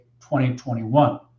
2021